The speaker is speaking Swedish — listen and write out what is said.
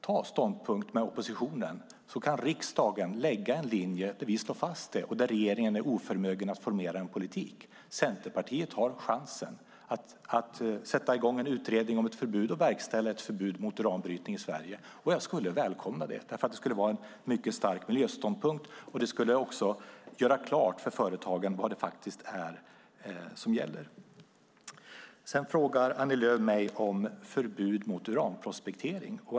Ta oppositionens ståndpunkt, så kan riksdagen lägga en linje där vi slår fast detta och där regeringen är oförmögen att formera en politik! Centerpartiet har chansen att sätta i gång en utredning om och verkställa ett förbud mot uranbrytning i Sverige. Jag skulle välkomna det, för det skulle vara en mycket stark miljöståndpunkt och också göra klart för företagen vad det faktiskt är som gäller. Sedan frågar Annie Lööf mig om förbud mot uranprospektering.